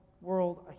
world